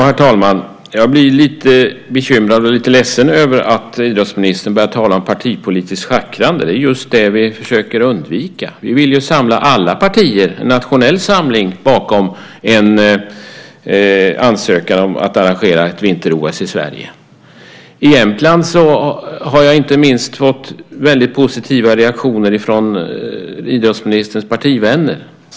Herr talman! Jag blir lite bekymrad och lite ledsen över att idrottsministern börjar tala om partipolitiskt schackrande. Det är just det vi försöker att undvika. Vi vill ju samla alla partier, en nationell samling, bakom en ansökan om att arrangera ett vinter-OS i Sverige. I Jämtland har jag fått väldigt positiva reaktioner inte minst från idrottsministerns partivänner.